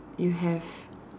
you have